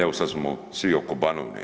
Evo sad smo svi oko Banovine.